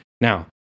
Now